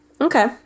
Okay